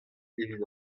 evit